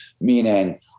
meaning